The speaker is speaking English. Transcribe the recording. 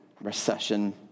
recession